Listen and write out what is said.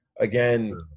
Again